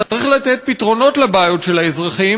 איפה היה משרד האוצר?